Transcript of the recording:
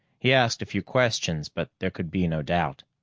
he asked a few questions, but there could be no doubt.